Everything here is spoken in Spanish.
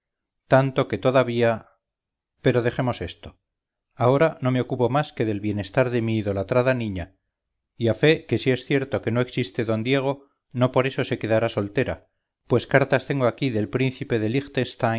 tanto que todavía pero dejemos esto ahora no me ocupo más que del bienestar de mi idolatrada niña y a fe que si es cierto que no existe d diego no por eso se quedará soltera pues cartas tengo aquí del príncipe de